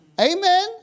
Amen